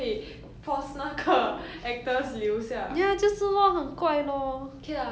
K lah but at least 你的 favourite character the one you watched the show for 她没有 change right throughout all